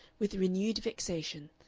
with renewed vexation,